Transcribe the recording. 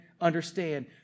understand